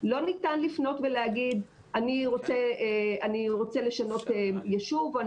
לא ניתן לפנות ולהגיד, אני רוצה לשנות יישוב.